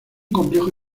complejo